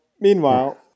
meanwhile